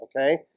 Okay